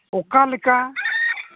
ᱚᱠᱟ ᱞᱮᱠᱟ